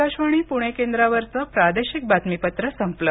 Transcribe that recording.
आकाशवाणी पुणे केंद्रावरचं प्रादेशिक बातमीपत्र संपलं